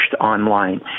online